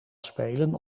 spelen